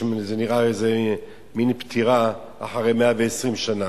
משום מה זה נראה איזה מין פטירה אחרי 120 שנה.